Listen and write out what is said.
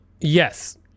Yes